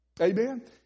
Amen